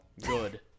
good